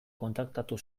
kontaktatu